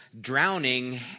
Drowning